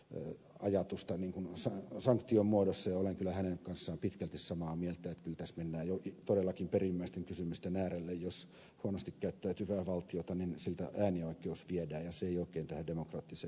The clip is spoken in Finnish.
nyt paheksui äänioikeuden menettämisajatusta sanktion muodossa ja olen kyllä hänen kanssaan pitkälti samaa mieltä että kyllä tässä mennään jo todellakin perimmäisten kysymysten äärelle jos huonosti käyttäytyvältä valtiota äänioikeus viedään ja se ei oikein tähän demokraattiseen ajatteluun istu